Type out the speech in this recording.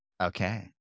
Okay